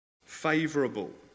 favorable